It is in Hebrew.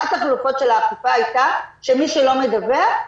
אחת החלופות של האכיפה הייתה שמי שלא מדווח,